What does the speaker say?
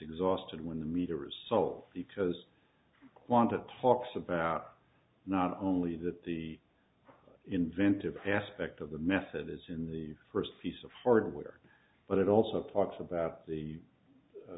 exhausted when the meter is so because quanta talks about not only that the inventive aspect of the method is in the first piece of hardware but it also talks about the